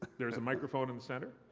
there is a microphone in the center,